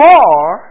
More